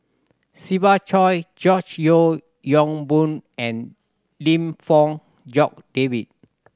Siva Choy George Yeo Yong Boon and Lim Fong Jock David